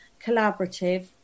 collaborative